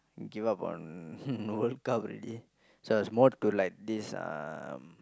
give up on World-Cup already so I was more to like this um